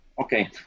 Okay